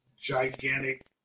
gigantic